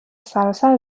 سرتاسر